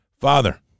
Father